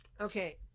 okay